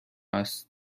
است